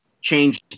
change